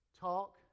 talk